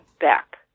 back